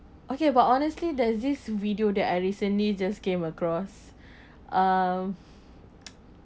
okay but honestly there's this video that I recently just came across uh